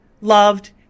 loved